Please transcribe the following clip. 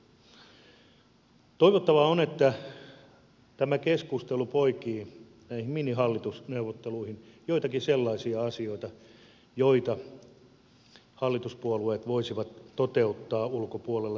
toivottavaa on että tämä keskustelu poikii näihin minihallitusneuvotteluihin joitakin sellaisia asioita joita hallituspuolueet voisivat toteuttaa tämän lisätalousarvion ulkopuolella